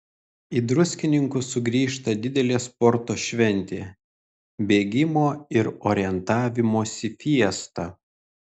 į druskininkus sugrįžta didelė sporto šventė bėgimo ir orientavimosi fiesta